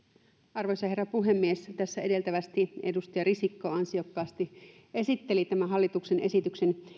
arvoisa herra puhemies tässä edeltävästi edustaja risikko ansiokkaasti esitteli tämän hallituksen esityksen